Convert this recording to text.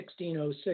1606